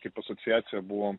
kaip asociacija buvom